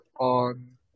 on